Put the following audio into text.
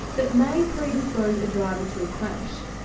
that may predispose a driver to a crash.